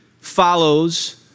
follows